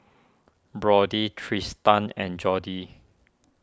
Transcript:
Brody Tristan and Jody